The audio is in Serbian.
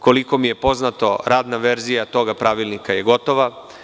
Koliko mi je poznato radna verzija tog pravilnika je gotova.